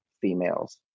females